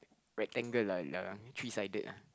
rectangle lah three sided